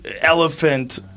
elephant